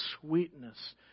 sweetness